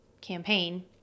campaign